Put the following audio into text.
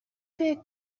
فکر